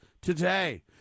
today